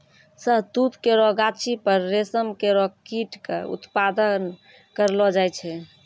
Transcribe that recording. शहतूत केरो गाछी पर रेशम केरो कीट क उत्पादन करलो जाय छै